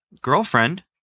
girlfriend